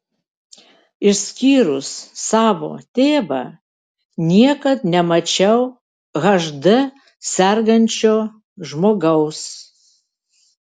išskyrus savo tėvą niekad nemačiau hd sergančio žmogaus